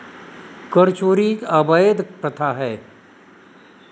कर चोरी एक अवैध प्रथा है